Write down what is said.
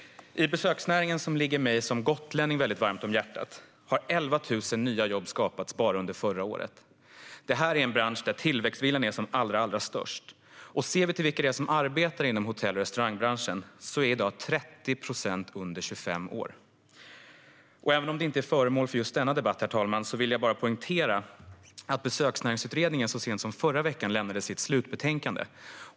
I besöksnäringen, som ligger mig som gotlänning varmt om hjärtat, har 11 000 nya jobb skapats bara under förra året. Detta är en bransch där tillväxtviljan är som allra störst. Ser vi till vilka som i dag arbetar inom hotell och restaurangbranschen märker vi att 30 procent är under 25 år. Även om det inte är föremål för just denna debatt, herr talman, vill jag bara poängtera att Besöksnäringsutredningen så sent som i förra veckan lämnade sitt slutbetänkande.